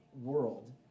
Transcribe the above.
world